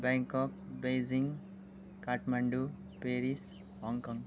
बैङ्कक Beijing Kathmandu Paris Hong Kong